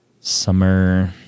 Summer